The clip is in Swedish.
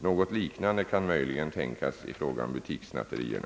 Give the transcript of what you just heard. Något liknande kan möjligen tänkas i fråga om butikssnatterierna.